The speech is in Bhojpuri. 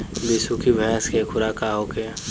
बिसुखी भैंस के खुराक का होखे?